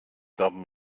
gramm